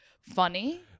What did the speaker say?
funny